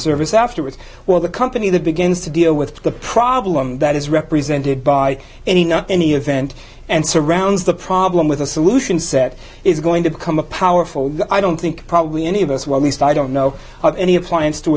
service afterwards well the company that begins to deal with the problem that is represented by any nut any event and surrounds the problem with a solution set is going to become a powerful i don't think probably any of us well least i don't know of any